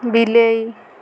ବିଲେଇ